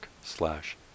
slash